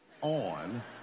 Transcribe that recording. on